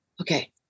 Okay